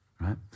right